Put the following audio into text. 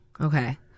Okay